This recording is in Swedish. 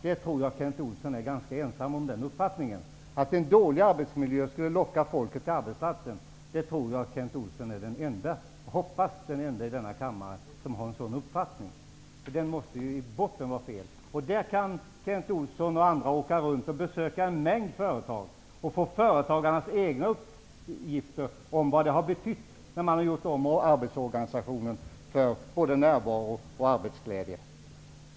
Jag hoppas att Kent är den ende i denna kammare som har den uppfattningen att en dålig arbetsmiljö skulle locka folk till arbetsplatsen. Den måste i grunden vara felaktig. Kent Olsson och andra skulle kunna åka runt och besöka en mängd företag där företagarna själva kan uppge vad det har betytt när man har gjort om arbetsorganisationen, både för närvaron och för arbetsglädjen.